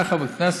היה חבר כנסת.